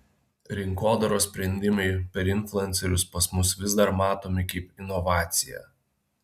rinkodaros sprendimai per influencerius pas mus vis dar matomi kaip inovacija